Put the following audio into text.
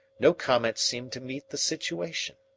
no comment seemed to meet the situation.